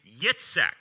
Yitzhak